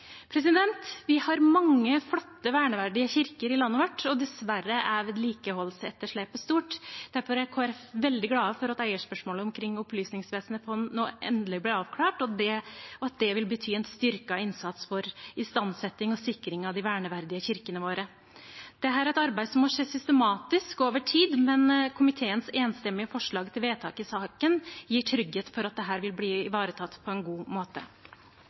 Vi har mange flotte, verneverdige kirker i landet vårt, og dessverre er vedlikeholdsetterslepet stort. Derfor er Kristelig Folkeparti veldig glade for at eierspørsmålet omkring Opplysningsvesenets fond nå endelig blir avklart, og at det vil bety en styrket innsats for istandsetting og sikring av de verneverdige kirkene våre. Dette er et arbeid som må skje systematisk og over tid, men komiteens enstemmige forslag til vedtak i saken gir trygghet for at det vil bli ivaretatt på en god måte.